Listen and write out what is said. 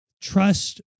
trust